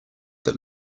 that